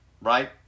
right